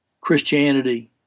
Christianity